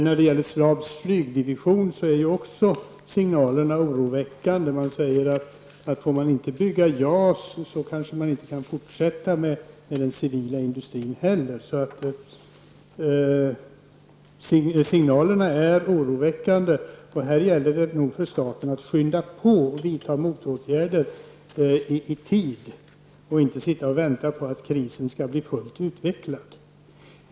När det gäller Saabs flygdivision är signalerna också oroväckande: Man säger att om man inte får bygga JAS, kanske man inte kan fortsätta med den civila industrin heller. Signalerna är oroväckande. Här gäller det nog för staten att skynda på och vidta motåtgärder i tid och inte sitta och vänta på att krisen skall bli fullt utvecklad.